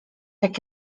jak